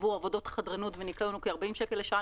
עבור עבודות חדרנות וניקיון הוא כ-40 שקלים לשעה.